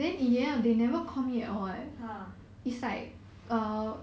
orh oh ya